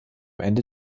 ende